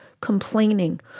complaining